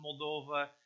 Moldova